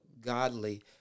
godly